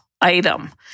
item